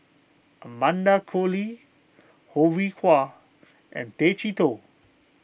Amanda Koe Lee Ho Rih Hwa and Tay Chee Toh